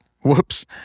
Whoops